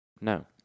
No